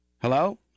Hello